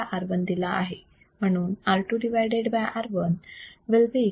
म्हणून R2 R1 will be equal to 1 बरोबर